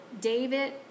David